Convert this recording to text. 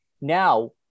now